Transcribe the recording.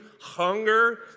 hunger